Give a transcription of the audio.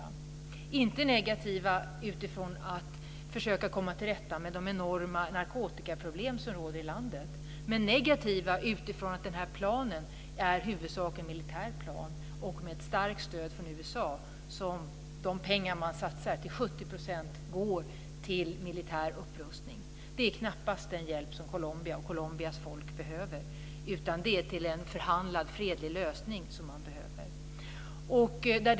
Vi är inte negativa till att försöka komma till rätta med de enorma narkotikaproblem som finns i landet, men till att denna plan i huvudsak är en militär plan med starkt stöd från USA. De pengar man satsar går till 70 % till militär upprustning. Det är knappast den hjälp som Colombia och Colombias folk behöver, utan det är till en förhandlad fredlig lösning som man behöver hjälp.